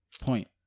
point